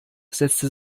setzte